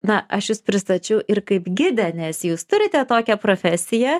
na aš jus pristačiau ir kaip gidę nes jūs turite tokią profesiją